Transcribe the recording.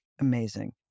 Amazing